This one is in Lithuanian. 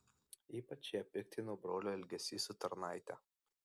ypač ją piktino brolio elgesys su tarnaite